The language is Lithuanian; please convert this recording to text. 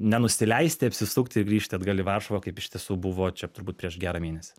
nenusileisti apsisukti ir grįžti atgal į varšuvą kaip iš tiesų buvo čia turbūt prieš gerą mėnesį